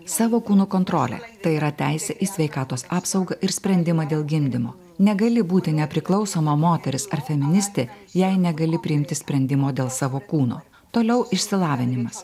savo kūno kontrolę tai yra teisę į sveikatos apsaugą ir sprendimą dėl gimdymo negali būti nepriklausoma moteris ar feministė jei negali priimti sprendimo dėl savo kūno toliau išsilavinimas